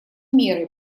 меры